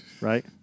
Right